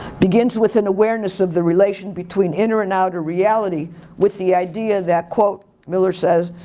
begins with an awareness of the relation between inner and outer reality with the idea that quote, miller says,